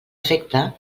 efecte